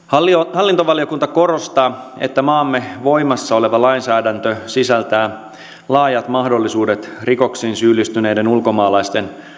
hallintovaliokunta korostaa että maamme voimassa oleva lainsäädäntö sisältää laajat mahdollisuudet rikoksiin syyllistyneiden ulkomaalaisten